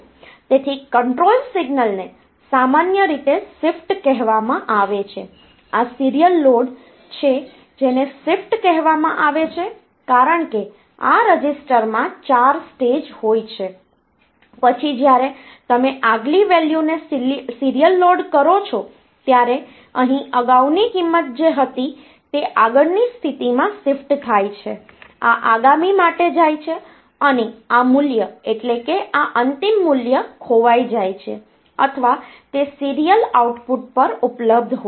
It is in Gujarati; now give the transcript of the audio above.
તેથી કંટ્રોલ સિગ્નલને સામાન્ય રીતે શિફ્ટ કહેવામાં આવે છે આ સીરીયલ લોડ છે જેને શિફ્ટ કહેવામાં આવે છે કારણ કે આ રજિસ્ટરમાં 4 સ્ટેજ હોય છે પછી જ્યારે તમે આગલી વેલ્યુને સીરીયલ લોડ કરો છો ત્યારે અહીં અગાઉની કિંમત જે હતી તે આગળની સ્થિતિમાં શિફ્ટ થાય છે આ આગામી માટે જાય છે અને આ મૂલ્ય એટલે કે આ અંતિમ મૂલ્ય ખોવાઈ જાય છે અથવા તે સીરીયલ આઉટપુટ પર ઉપલબ્ધ હોય છે